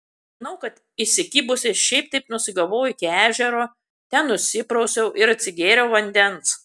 žinau kad įsikibusi šiaip taip nusigavau iki ežero ten nusiprausiau ir atsigėriau vandens